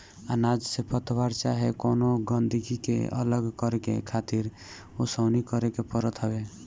अनाज से पतवार चाहे कवनो गंदगी के अलग करके खातिर ओसवनी करे के पड़त हवे